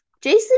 Jason